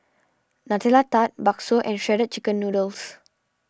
Nutella Tart Bakso and Shredded Chicken Noodles